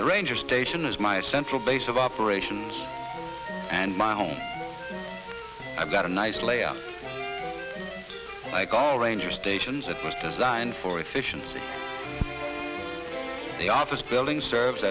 the ranger station is my central base of operations and my home i've got a nice layer i call ranger stations that was designed for efficiency the office building serves